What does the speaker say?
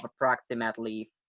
approximately